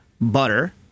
butter